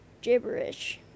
gibberish